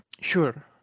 Sure